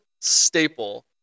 staple